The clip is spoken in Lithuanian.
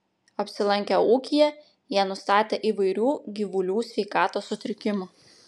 apsilankę ūkyje jie nustatė įvairių gyvulių sveikatos sutrikimų